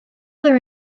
their